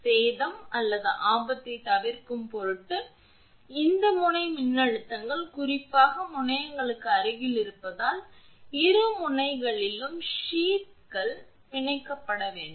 சேதம் அல்லது ஆபத்தை தவிர்க்கும் பொருட்டு இந்த முனை மின்னழுத்தங்கள் குறிப்பாக முனையங்களுக்கு அருகில் இருப்பதால் இரு முனைகளிலும் சீத் கள் பிணைக்கப்பட வேண்டும்